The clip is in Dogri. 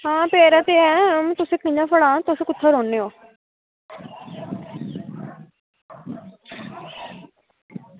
आं पेदा ते ऐ हून तुसेंगी कुत्थें पकड़ां तुस कुत्थें रौहंदे ओ